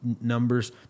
numbers